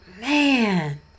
Man